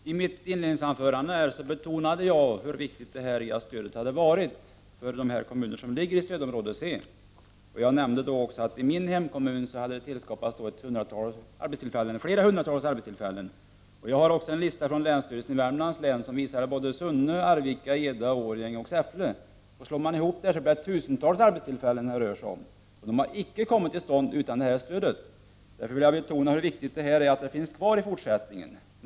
Fru talman! I mitt inledningsanförande här betonade jag hur viktigt detta stöd hade varit för de kommuner som ligger i stödområde C. Jag nämnde då också att det i min hemkommun hade tillskapats flera hundra arbetstillfällen. Jag har också en lista från länsstyrelsen i Värmlands län som visar att Sunne, Arvika, Eda, Årjäng och Säffle sett många nya arbetstillfällen. Sammantaget rör det sig om tusentals arbetstillfällen. De hade icke kommit till stånd utan detta stöd. Därför vill jag betona hur viktigt det är att stödet finns kvar i fortsättningen.